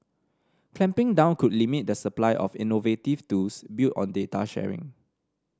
clamping down could limit the supply of innovative tools built on data sharing